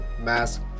mask